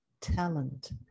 talent